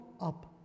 up